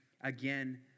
again